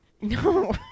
No